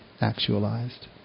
actualized